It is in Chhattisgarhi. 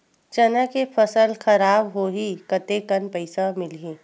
चना के फसल खराब होही कतेकन पईसा मिलही?